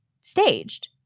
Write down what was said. staged